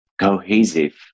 cohesive